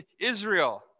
Israel